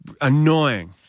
Annoying